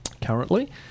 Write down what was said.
currently